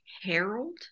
harold